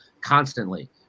constantly